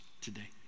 today